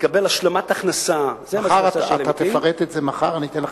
יקבל השלמת הכנסה, תפרט את זה מחר.